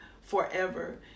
forever